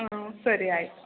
ಹ್ಞೂ ಸರಿ ಆಯಿತು